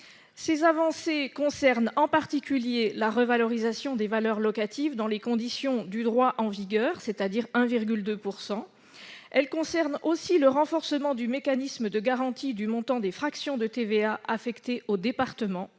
les avancées, je retiens la revalorisation des valeurs locatives dans les conditions du droit en vigueur, c'est-à-dire à hauteur de 1,2 %. Je signale aussi le renforcement du mécanisme de garantie du montant des fractions de TVA affectées aux départements.